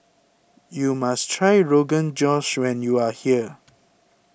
you must try Rogan Josh when you are here